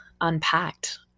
Unpacked